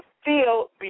feel